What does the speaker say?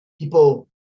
people